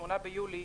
מה-8 מיולי,